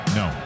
no